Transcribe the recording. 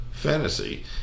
Fantasy